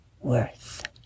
worth